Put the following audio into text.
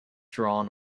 drawn